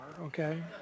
okay